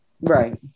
right